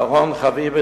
אחרון חביב,